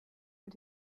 mit